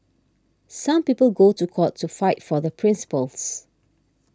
some people go to court to fight for the principles